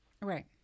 right